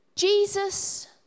Jesus